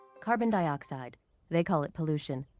carbon dioxide they call it pollution.